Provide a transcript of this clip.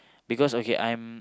because okay I'm